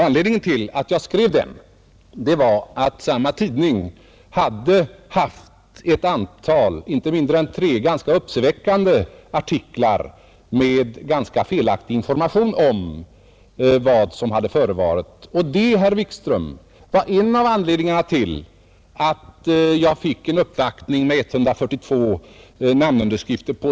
Skälet till att jag skrev artikeln var att samma tidning hade haft ett antal — inte mindre än tre — ganska uppseendeväckande artiklar med ganska felaktig information om vad som förevarit. Detta, herr Wikström, var en av anledningarna till att jag fick en protestskrivelse med 142 namnunderskrifter på.